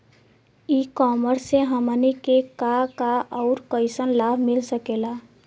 ई कॉमर्स से हमनी के का का अउर कइसन लाभ मिल सकेला?